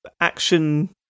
action